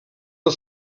del